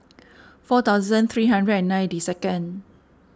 four thousand three hundred and ninety second